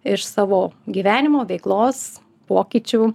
iš savo gyvenimo veiklos pokyčių